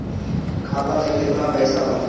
खाता में केतना पइसा बा?